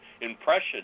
impression